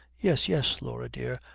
yes, yes, laura dear.